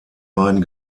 beiden